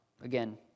Again